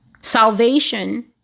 salvation